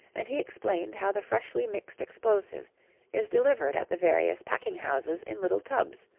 and he explained how the freshly mixed explosive is delivered at the various packing-houses in little tubs,